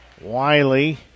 Wiley